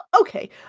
Okay